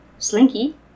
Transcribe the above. Slinky